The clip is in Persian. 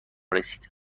رسید